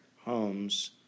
homes